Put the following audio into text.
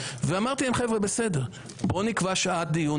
ואמרתי להם: בואו נקבע שעת דיון,